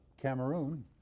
Cameroon